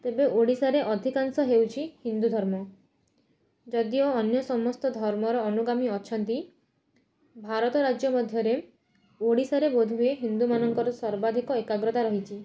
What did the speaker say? ତେବେ ଓଡ଼ିଶାରେ ଅଧିକାଂଶ ହେଉଛି ହିନ୍ଦୁଧର୍ମ ଯଦିଓ ଅନ୍ୟ ସମସ୍ତ ଧର୍ମର ଅନୁଗାମୀ ଅଛନ୍ତି ଭାରତ ରାଜ୍ୟ ମଧ୍ୟରେ ଓଡ଼ିଶାରେ ବୋଧହୁଏ ହିନ୍ଦୁମାନଙ୍କର ସର୍ବାଧିକ ଏକାଗ୍ରତା ରହିଛି